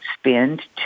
spend